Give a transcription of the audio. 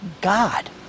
God